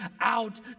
out